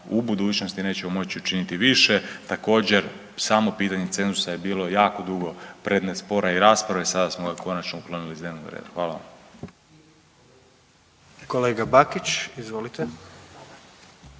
u budućnosti nećemo moći učiniti više. Također samo pitanje cenzusa je bilo jako dugo predmet spora i rasprave, sada smo ga konačno uklonili s dnevnog reda. Hvala vam. **Jandroković, Gordan